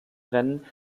rennen